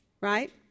Right